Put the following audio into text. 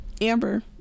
Amber